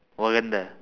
wakanda